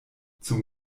zum